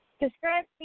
Describe